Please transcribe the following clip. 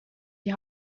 die